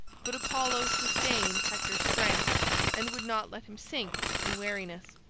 but apollo sustained hector's strength and would not let him sink in weariness.